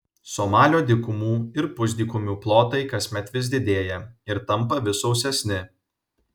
somalio dykumų ir pusdykumių plotai kasmet vis didėja ir tampa vis sausesni